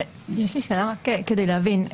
יש לי שאלה רק כדי להבין.